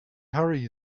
hurry